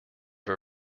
her